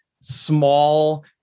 small